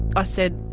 i said,